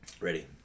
Ready